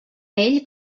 ell